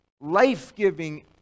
life-giving